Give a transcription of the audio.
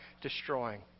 destroying